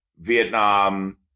Vietnam